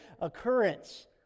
occurrence